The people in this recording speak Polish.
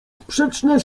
sprzeczne